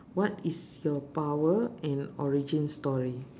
what is your power and origin story